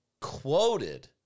quoted